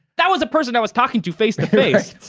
that was a person i was talking to face to face.